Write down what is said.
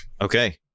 Okay